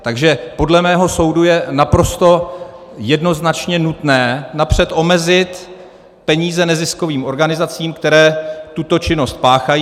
Takže podle mého soudu je naprosto jednoznačně nutné napřed omezit peníze neziskovým organizacím, které tuto činnost páchají.